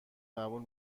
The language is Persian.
قبول